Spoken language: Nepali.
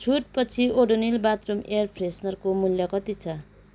छुटपछि ओडोनिल बाथरुम एयर फ्रेसनरको मूल्य कति छ